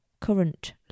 current